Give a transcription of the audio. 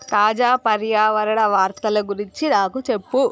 తాజా పర్యావరణ వార్తల గురించి నాకు చెప్పు